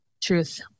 Truth